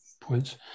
points